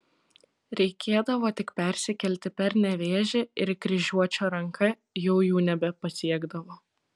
reikėdavo tik persikelti per nevėžį ir kryžiuočio ranka jau jų nebepasiekdavo